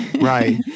Right